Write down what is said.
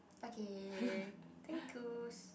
okay thank you